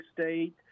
state